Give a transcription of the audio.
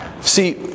See